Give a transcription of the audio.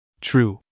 True